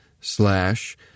slash